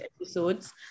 episodes